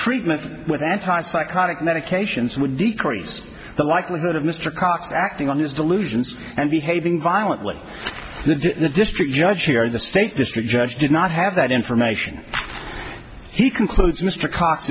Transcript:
treatment with anti psychotic medications would decrease the likelihood of mr cox acting on his delusions and behaving violently in the district judge here in the state district judge did not have that information he concludes mr cros